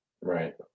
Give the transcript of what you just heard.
Right